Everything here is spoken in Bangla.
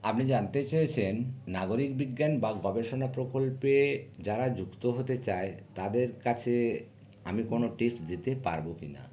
আপনি জানতে চেয়েছেন নাগরিক বিজ্ঞান বা গবেষণা প্রকল্পে যারা যুক্ত হতে চায় তাদের কাছে আমি কোনো টিপস দিতে পারব কিনা